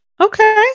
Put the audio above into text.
Okay